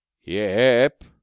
Yep